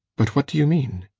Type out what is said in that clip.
but what do you mean?